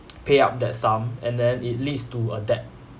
pay up that sum and then it leads to a debt